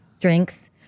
Drinks